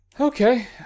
Okay